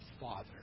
father